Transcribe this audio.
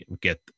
Get